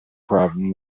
problem